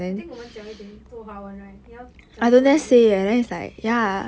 I think 我们讲一点多华文 right 要讲多一点英文要